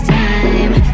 time